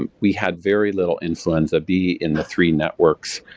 um we had very little influenza b in the three networks,